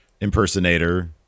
impersonator